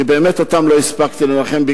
כי באמת אותם לא הספקתי לנחם,